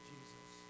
Jesus